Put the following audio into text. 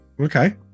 Okay